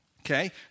Okay